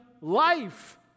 life